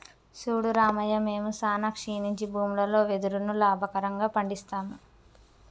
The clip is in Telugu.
సూడు రామయ్య మేము సానా క్షీణించి భూములలో వెదురును లాభకరంగా పండిస్తాము